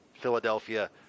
Philadelphia